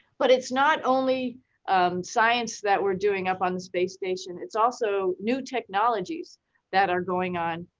but it's not only science that we're doing up on the space station. it's also new technologies that are going on.